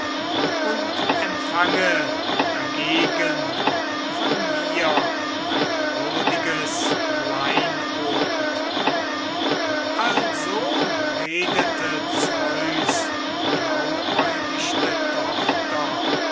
und empfange dagegen von mir ein würdiges kleinod also redete zeus blauäugichte